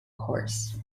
course